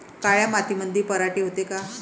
काळ्या मातीमंदी पराटी होते का?